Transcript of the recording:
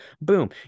Boom